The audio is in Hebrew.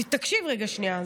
תקשיב שנייה,